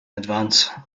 advance